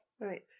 Right